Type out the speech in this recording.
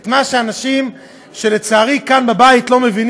את מה שלצערי אנשים כאן בבית לא מבינים.